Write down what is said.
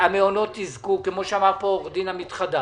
המעונות יזכו, כמו שאמר פה עו"ד עמית חדד,